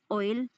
oil